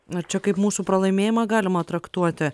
ar čia kaip mūsų pralaimėjimą galima traktuoti